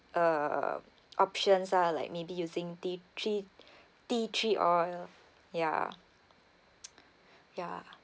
uh options lah like maybe using tea tree tea tree oil ya ya